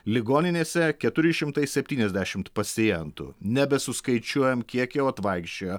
ligoninėse keturi šimtai septyniasdešimt pacientų nebesuskaičiuojam kiek jau atvaikščiojo